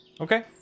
okay